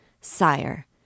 Sire